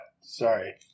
Sorry